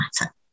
matter